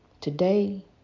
Today